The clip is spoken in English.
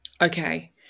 Okay